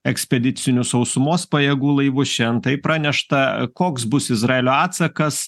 ekspediciniu sausumos pajėgų laivu šiandien taip pranešta koks bus izraelio atsakas